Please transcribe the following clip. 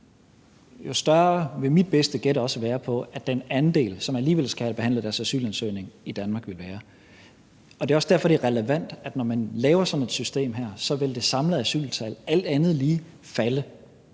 jo større vil den andel være – det er mit bedste gæt – som alligevel skal have behandlet deres asylansøgning i Danmark. Det er også derfor, det er relevant, at når man laver sådan et system her, vil det samlede asyltal alt andet lige falde